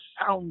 sound